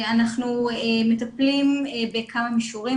אנחנו מטפלים בכמה מישורים,